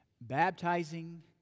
baptizing